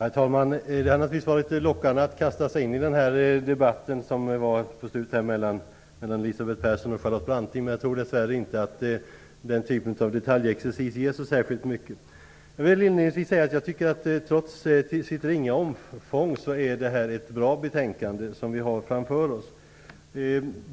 Herr talman! Det hade naturligtvis varit lockande att kasta sig in i debatten mellan Elisabeth Persson och Charlotte Branting, men jag tror dess värre inte att den typen av detaljexercis ger särskilt mycket. Jag tycker att betänkandet trots sitt ringa omfång är ett bra betänkande.